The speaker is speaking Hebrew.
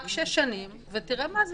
נפתרו ברובם.